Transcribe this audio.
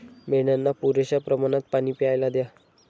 मेंढ्यांना पुरेशा प्रमाणात पाणी प्यायला द्या